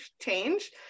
change